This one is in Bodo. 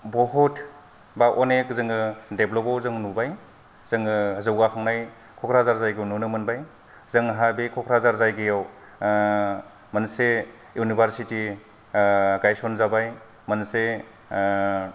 बहत बा अनेग जोङो डेब्लाबाव जों नुबाय जोङो जौगाखांनाय क'क्राझार जायगायाव नुनो मोनबाय जोंहा बे क'क्राझार जायगायाव मोनसे इउनिभार्सेति गायसन जाबाय मोनसे